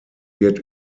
wird